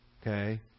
Okay